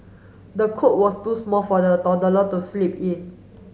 the cot was too small for the toddler to sleep in